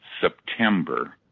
September